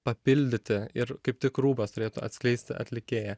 papildyti ir kaip tik rūbas turėtų atskleisti atlikėją